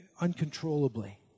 uncontrollably